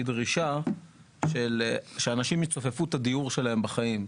דרישה שאנשים יצופפו את הדיור שלהם בחיים.